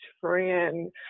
friend